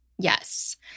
Yes